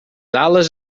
ales